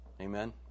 Amen